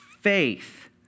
faith